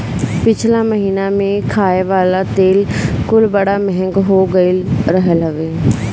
पिछला महिना में खाए वाला तेल कुल बड़ा महंग हो गईल रहल हवे